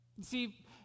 See